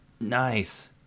Nice